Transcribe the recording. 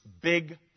big